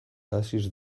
haziz